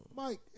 Mike